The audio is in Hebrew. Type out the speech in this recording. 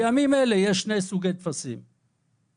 אל